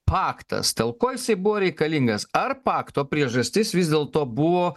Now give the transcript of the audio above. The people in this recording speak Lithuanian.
paktas dėl ko jisai buvo reikalingas ar pakto priežastis vis dėlto buvo